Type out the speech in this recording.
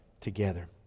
together